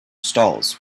stalls